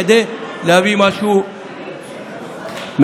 כדי להביא משהו משופר.